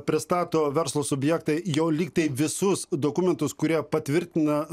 pristato verslo subjektai jau lygtai visus dokumentus kurie patvirtina